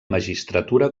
magistratura